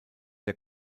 der